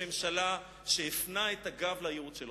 ממשלה שלצערנו הרב הפנה את הגב לייעוד שלו.